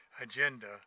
agenda